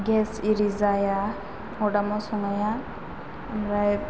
gas इरि जाया अरदाबाव संनाया ओमफ्राय